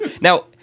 Now